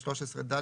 13(ד),